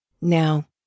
Now